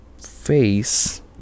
face